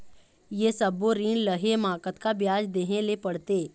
ये सब्बो ऋण लहे मा कतका ब्याज देहें ले पड़ते?